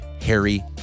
Harry